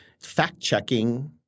fact-checking